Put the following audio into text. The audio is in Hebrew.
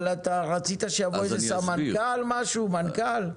אבל רצית שיבוא איזה סמנכ"ל משהו, מנכ"ל?